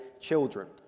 children